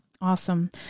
Awesome